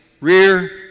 rear